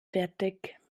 fertig